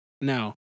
Now